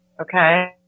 Okay